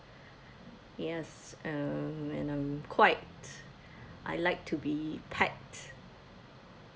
yes um and I'm quite I like to be packed